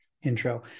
intro